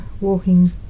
walking